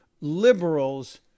liberals